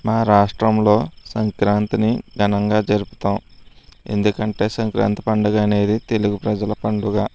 మా రాష్ట్రంలో సంక్రాంతిని ఘనంగా జరుపుతాము ఎందుకంటే సంక్రాంతి పండగ అనేది తెలుగు ప్రజల పండగ